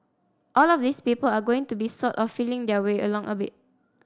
all of these people are going to be sort of feeling their way along a bit